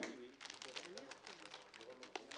ההצעה התקבלה מוכנה לקריאה שנייה ושלישית.